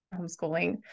homeschooling